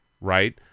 right